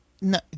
no